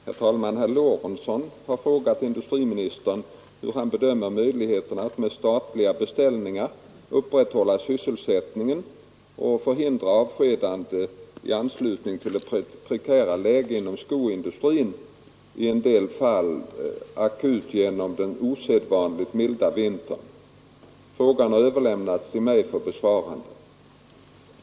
Herr talman! Herr Lorentzon har frågat industriministern hur han bedömer möjligheterna att med statliga beställningar upprätthålla sysselsättningen och förhindra avskedanden i anslutning till det prekära läget inom skoindustrin i en del fall akut genom den osedvanligt milda vintern. Frågan har överlämnats till mig för besvarande.